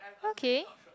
okay